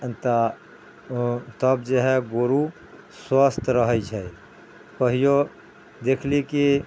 तऽ तब जे है गोरू स्वस्थ रहै छै कहियो देखली की